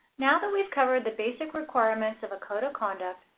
now that we've covered the basic requirements of a code of conduct,